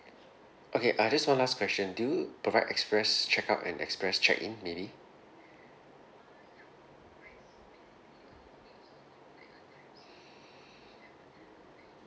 okay uh just one last question do you provide express check out and express check in maybe